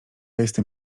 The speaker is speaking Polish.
jestem